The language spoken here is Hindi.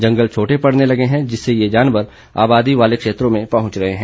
जंगल छोटे पड़ने लगे हैं जिससे ये जानवर आबादी वाले क्षेत्र में पहुंच रहे हैं